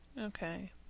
Okay